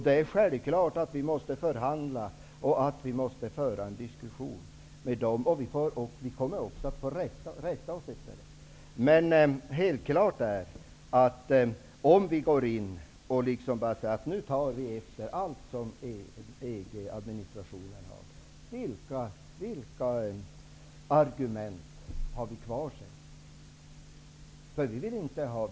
Det är självklart att vi måste förhandla och föra en diskussion och rätta oss efter det. Men om vi går med i EG och antar alla EG:s regler, vilka argument har vi då kvar?